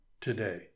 today